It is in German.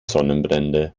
sonnenbrände